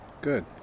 Good